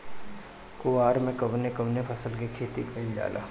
कुवार में कवने कवने फसल के खेती कयिल जाला?